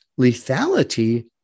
lethality